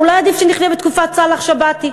אולי עדיף שנחיה בתקופת סאלח שבתי.